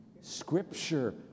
Scripture